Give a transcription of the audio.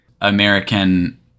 American